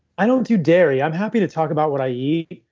i don't do dairy. i'm happy to talk about what i eat.